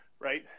right